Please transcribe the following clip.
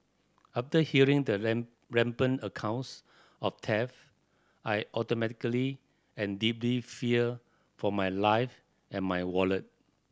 after hearing the rampant accounts of theft I automatically and deeply feared for my life and my wallet